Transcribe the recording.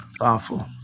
powerful